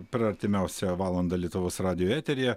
per artimiausią valandą lietuvos radijo eteryje